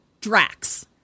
Drax